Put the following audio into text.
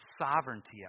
sovereignty